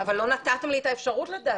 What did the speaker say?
אבל לא נתתם לי את האפשרות לתעדף.